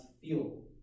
feel